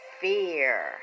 Fear